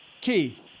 Key